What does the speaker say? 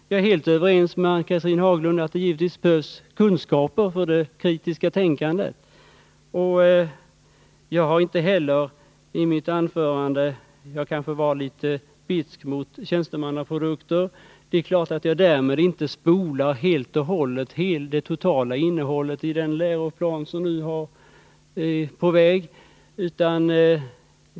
Jag är helt överens med Ann-Cathrine Haglund om att det givetvis behövs kunskaper för det kritiska tänkandet. Jag var kanske i mitt anförande litet bitsk mot tjänstemannaprodukter, men därmed spolade jag självfallet inte det totala innehållet i den läroplan som nu är på väg.